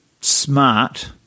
smart